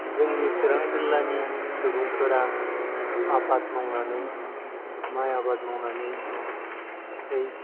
जोंनि चिरां जिल्लानि सुबुंफोरा आबाद मावनानै माइ आबाद मावनानै